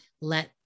let